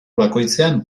bakoitzean